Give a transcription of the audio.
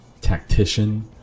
tactician